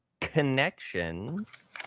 connections